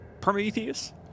prometheus